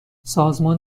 سازمان